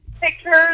pictures